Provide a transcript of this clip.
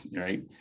right